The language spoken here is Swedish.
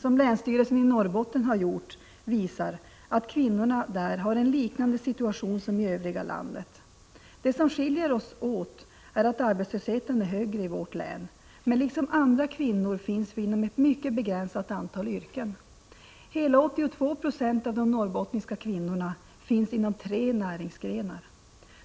som länsstyrelsen i Norrbotten har gjort visar att kvinnorna där har en liknande situation som i övriga landet. Det som skiljer oss åt är att arbetslösheten är högre i vårt län, men liksom andra kvinnor finns vi inom ett mycket begränsat antal yrken. Hela 82 90 av de norrbottniska kvinnorna arbetar inom tre näringsgrenar.